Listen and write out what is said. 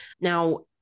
Now